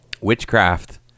Witchcraft